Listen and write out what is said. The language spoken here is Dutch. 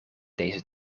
deze